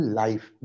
life